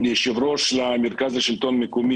ליושב-ראש המרכז השלטון המקומי,